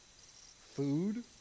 Food